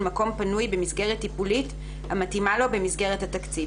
מקום פנוי במסגרת טיפולית המתאימה לו במסגרת התקציב,